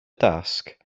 dasg